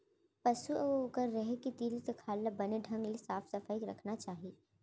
पसु अउ ओकर रहें के तीर तखार ल बने ढंग ले साफ सफई रखना चाही